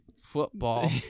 football